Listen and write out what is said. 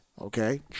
Okay